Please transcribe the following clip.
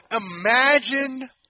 imagine